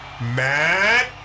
Matt